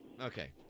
okay